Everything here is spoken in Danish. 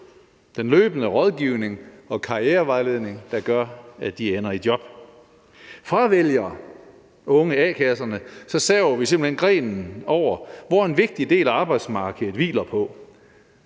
den løbende rådgivning og karrierevejledning, der gør, at de ender i et job. Fravælger unge a-kasserne, saver vi simpelt hen den gren over, som en vigtig del af arbejdsmarkedet sidder på.